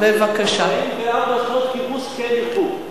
44 שנות כיבוש, כן ירבו.